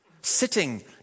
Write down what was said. Sitting